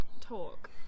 talk